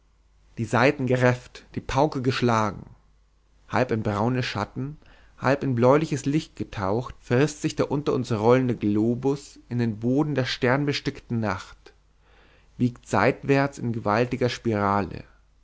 die saiten gerefft die pauke geschlagen halb in braune schatten halb in bläuliches licht getaucht frißt sich der unter uns rollende globus in den boden der sternbestickten nacht biegt seitwärts in gewaltiger spirale